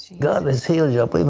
god has healed you, but and